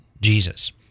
Jesus